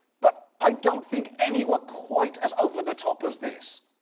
but i don't think any were quite as over-the-top as this.